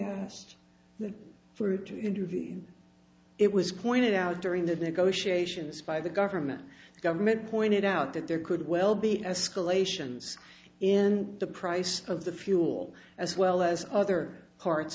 asked for it to intervene it was pointed out during the negotiations by the government the government pointed out that there could well be escalations in the price of the fuel as well as other parts